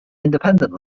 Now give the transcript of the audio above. independent